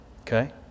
okay